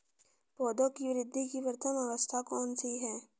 पौधों की वृद्धि की प्रथम अवस्था कौन सी है?